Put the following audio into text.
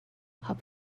hop